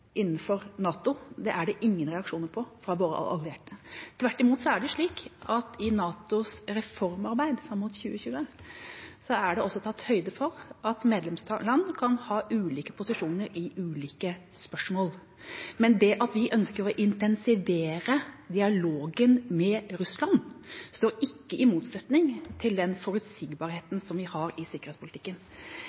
innenfor NATO. Det er det ingen reaksjoner på fra våre allierte. Tvert imot er det slik at i NATOs reformarbeid fram mot 2020 er det også tatt høyde for at medlemsland kan ha ulike posisjoner i ulike spørsmål. Men det at vi ønsker å intensivere dialogen med Russland, står ikke i motsetning til den forutsigbarheten vi har i sikkerhetspolitikken.